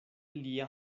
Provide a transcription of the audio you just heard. lia